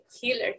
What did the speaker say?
healer